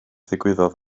ddigwyddodd